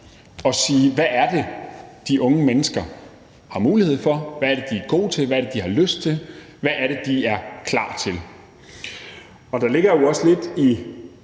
og sige: Hvad er det, de unge mennesker har mulighed for? Hvad er det, de er gode til? Hvad er det, de har lyst til? Hvad er det, de er klar til? Der ligger jo også lidt i